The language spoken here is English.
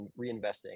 reinvesting